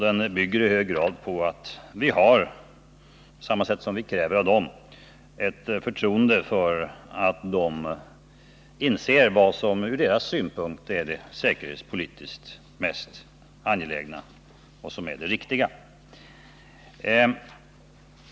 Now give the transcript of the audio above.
Den bygger i hög grad på att Sverige har fullt förtroende för deras sätt att utforma sin säkerhetspolitik.